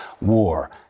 war